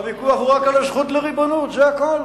הוויכוח הוא רק על הזכות לריבונות, זה הכול.